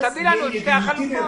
אז תביא לנו את שתי החלופות.